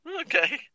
Okay